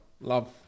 Love